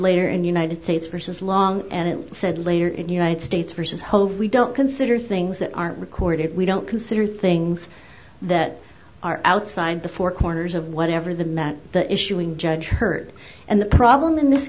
later in the united states versus long and it said later in united states versus whole we don't consider things that aren't recorded we don't consider things that are outside the four corners of whatever the met the issuing judge heard and the problem in this